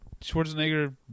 Schwarzenegger